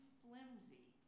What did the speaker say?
flimsy